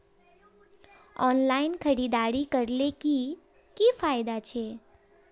Online खरीदारी करले की की फायदा छे?